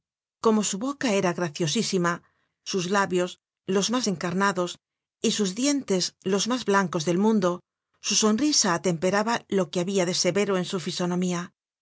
como su boca era graciosísima sus labios los mas encarnados y sus dientes los mas blancos del mundo su sonrisa atemperaba lo que habia de severo en su fisonomía